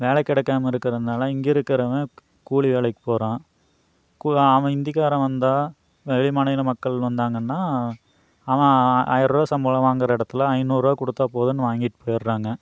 வேலை கிடைக்காம இருக்கிறதுனால இங்கிருக்குறவங்க கூலி வேலைக்குப் போகிறான் அவன் ஹிந்திகாரன் வந்தால் வெளி மாநில மக்கள் வந்தாங்கனால் அவன் ஆயிரரூபா சம்பளம் வாங்கிற இடத்துல ஐநூறு ரூபா கொடுத்தா போதும்னு வாங்கிட்டு போயிடுறாங்க